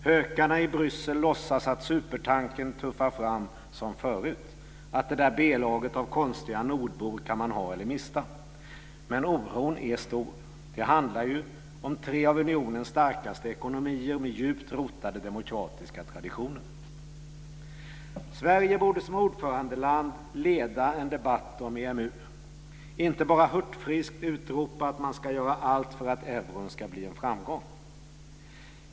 Hökarna i Bryssel låtsas att supertanken tuffar fram som förut, att B-laget av konstiga nordbor kan man ha eller mista. Men oron är stor. Det handlar ju om tre av unionens starkaste ekonomier med djupt rotade demokratiska traditioner. Sverige borde som ordförandeland leda en debatt om EMU, inte bra hurtfriskt utropa att man ska göra allt för att euron ska bli en framgång.